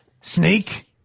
Sneak